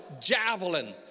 javelin